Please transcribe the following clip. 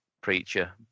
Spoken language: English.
preacher